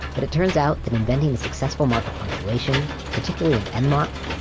but it turns out that inventing a successful mark of punctuation, particularly and endmark,